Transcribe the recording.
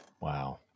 Wow